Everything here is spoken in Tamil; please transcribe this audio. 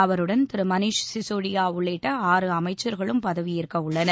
அவருடன் திரு மணீஷ் சிசோடியா உள்ளிட்ட ஆறு அமைச்சர்குளும் பதவியேற்க உள்ளனர்